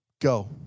go